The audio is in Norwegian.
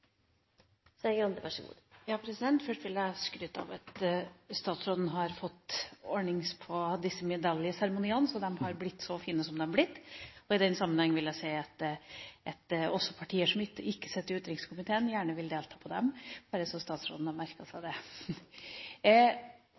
blitt så fine som de har blitt. I den sammenheng vil jeg si at det er også partier som ikke sitter i utenrikskomiteen, som gjerne vil delta på dem – bare så statsråden har merket seg det.